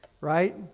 right